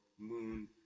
Moon